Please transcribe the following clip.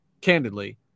candidly